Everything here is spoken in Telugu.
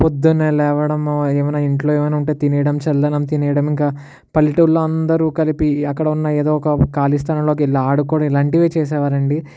పొద్దున్నే లేవడం ఏమైనా ఇంట్లో ఏమైనా ఉంటే తినేయడం చల్ల అన్నం తినేయడం ఇంకా పల్లెటూర్లో అందరూ కలిపి అక్కడ ఉన్న ఏదో ఒక కాలీ స్థలంలోకి వెళ్ళి ఆడుకోవడం ఇలాంటివి చేసేవారు అండి